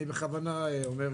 אני בכוונה אומר את זה.